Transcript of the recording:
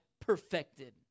perfected